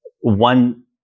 one